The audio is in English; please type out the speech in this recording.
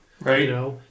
Right